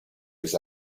his